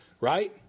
right